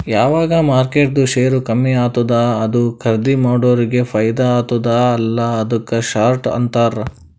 ಯಾವಗ್ ಮಾರ್ಕೆಟ್ದು ಶೇರ್ ಕಮ್ಮಿ ಆತ್ತುದ ಅದು ಖರ್ದೀ ಮಾಡೋರಿಗೆ ಫೈದಾ ಆತ್ತುದ ಅಲ್ಲಾ ಅದುಕ್ಕ ಶಾರ್ಟ್ ಅಂತಾರ್